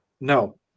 No